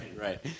right